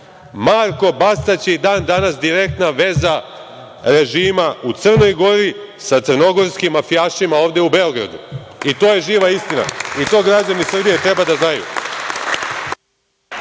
Marko Bastać je i dan danas direktna veza režima u Crnoj Gori sa crnogorskim mafijašima ovde u Beogradu, i to je živa istina i to građani Srbije treba da znaju.